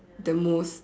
the most